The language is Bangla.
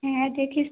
হ্যাঁ দেখিস তুই